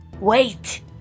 Wait